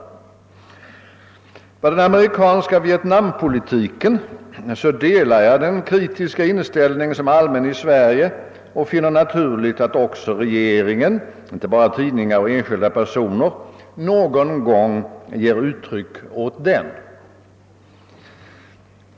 Vad beträffar den amerikanska Vietnampolitiken delar jag den kritiska inställning som är allmän i Sverige och finner det naturligt att också regeringen — inte bara tidningar och enskilda personer — någon gång ger uttryck åt den.